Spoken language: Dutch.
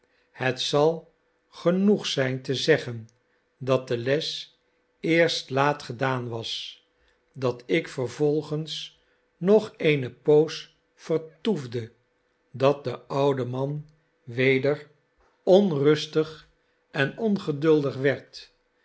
het zal genoeg zijn te zeggen dat de les eerst laat gedaan was dat ik vervolgens nog eene poos vertoefde dat de oude man weder onrustig en ongeduldig werd